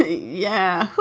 yeah.